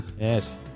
Yes